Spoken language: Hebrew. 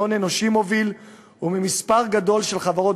מהון אנושי מוביל וממספר גדול של חברות